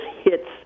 hits